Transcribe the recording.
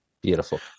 Beautiful